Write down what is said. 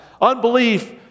Unbelief